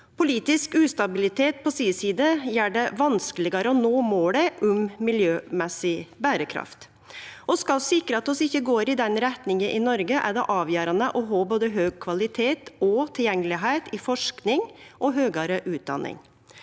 Politisk ustabilitet på si side gjer det vanskelegare å nå målet om miljømessig berekraft, og skal vi sikre oss at vi ikkje går i den retninga i Noreg, er det avgjerande å ha både høg kvalitet og tilgjengelegheit i forsking og høgare utdanning.